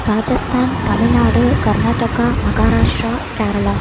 Rajasthan Tamil Nadu Karnataka Maharashtra Kerala